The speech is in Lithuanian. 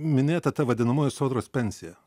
minėta ta vadinamoji sodros pensija